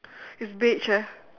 it's beige eh